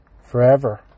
forever